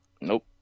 Nope